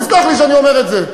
תסלח לי שאני שאומר את זה.